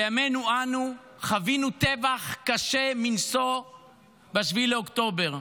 בימינו אנו חווינו טבח קשה מנשוא ב-7 באוקטובר,